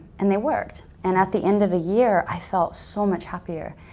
and they worked. and at the end of a year i felt so much happier.